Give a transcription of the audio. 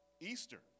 Easter